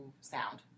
sound